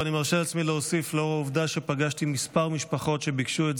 לאור העובדה שפגשתי כמה משפחות שביקשו את זה,